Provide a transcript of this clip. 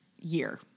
year